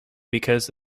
because